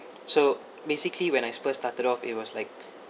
so basically when I first started off it was like